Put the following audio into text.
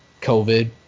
COVID